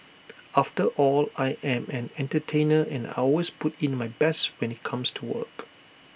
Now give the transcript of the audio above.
after all I am an entertainer and I always put in my best when IT comes to work